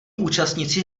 účastníci